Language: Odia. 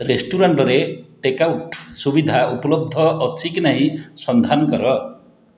ରେଷ୍ଟୁରାଣ୍ଟରେ ଟେକ୍ଆଉଟ୍ ସୁବିଧା ଉପଲବ୍ଧ ଅଛି କି ନାହିଁ ସନ୍ଧାନ କର